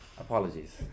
Apologies